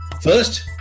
First